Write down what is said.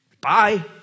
Bye